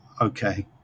okay